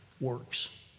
works